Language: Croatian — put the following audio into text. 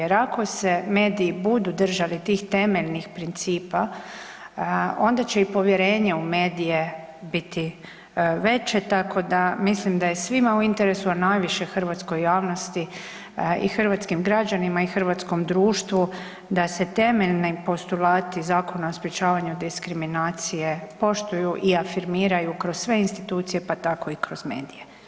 Jer ako se mediji budu držali tih temeljnih principa, onda će i povjerenje u medije biti veće, tako da mislim da je svima u interesu a najviše hrvatskoj javnosti i hrvatskim građanima i hrvatskom društvu da se temeljni postulati Zakona o sprječavanju diskriminacije poštuju i afirmiraju kroz sve institucije pa tako i kroz medije.